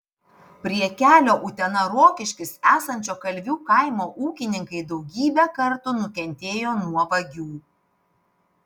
prie kelio utena rokiškis esančio kalvių kaimo ūkininkai daugybę kartų nukentėjo nuo vagių